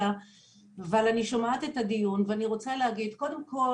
אני שומעת את הדיון ורוצה להגיד שקודם כל